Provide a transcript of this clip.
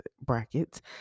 brackets